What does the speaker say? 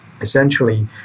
essentially